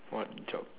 what job